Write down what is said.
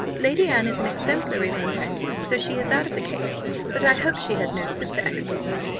lady anne is an exemplary matron, so she is out of the case but i hope she has no sister excellence,